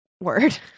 word